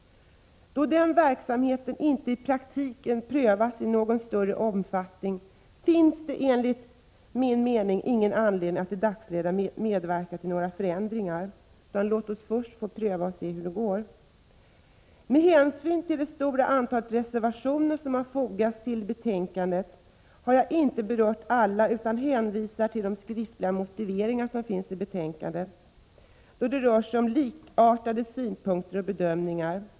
Då den verksamheten inte i praktiken prövats i någon större omfattning, finns det enligt min mening ingen anledning att i dagsläget medverka till några förändringar. Låt oss först pröva och se hur det går! Med hänsyn till det stora antal reservationer som har fogats till betänkandet har jag inte berört alla utan hänvisat till de skriftliga motiveringarna, som finns i betänkandet, då det rör sig om likartade synpunkter och bedömningar.